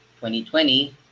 2020